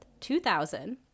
2000